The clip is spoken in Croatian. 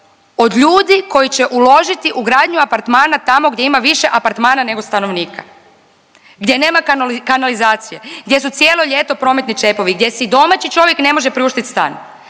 od ljudi koji će uložiti u gradnju apartmana tamo gdje ima više apartmana nego stanovnika, gdje nema kanalizacije, gdje su cijelo ljeto prometni čepovi, gdje si domaći čovjek ne može priuštit stan.